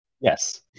Yes